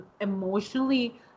emotionally